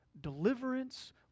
Deliverance